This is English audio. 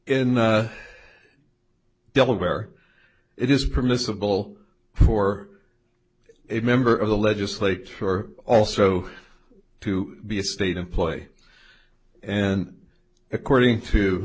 in delaware it is permissible for a member of the legislator or also to be a state employee and according